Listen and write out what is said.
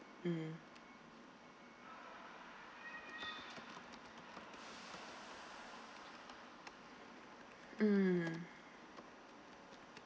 mm mm